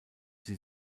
sie